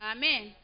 Amen